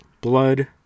blood